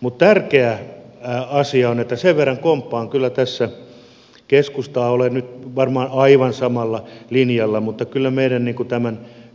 mutta tärkeä asia on sen verran komppaan kyllä tässä keskustaa olen nyt varmaan aivan samalla linjalla että kyllä meidän